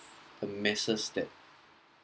a mess that